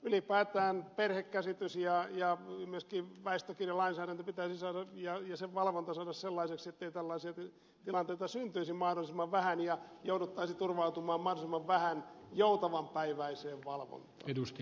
ylipäätään perhekäsitys ja myöskin väestökirjalainsäädäntö ja sen valvonta pitäisi saada sellaiseksi että tällaisia tilanteita syntyisi mahdollisimman vähän ja jouduttaisiin turvautumaan mahdollisimman vähän joutavanpäiväiseen valvontaan